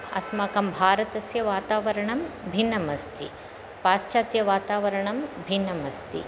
अस्माकं भारतस्य वातावरणं भिन्नं अस्ति पाश्चात्यवातावरणं भिन्नम् अस्ति